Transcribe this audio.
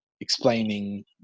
explaining